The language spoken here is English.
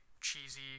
cheesy